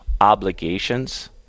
obligations